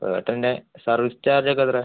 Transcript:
ഹോട്ടലിൻ്റെ service charge ഒക്കെ എത്രയാണ്